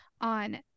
on